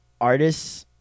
artists-